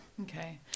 okay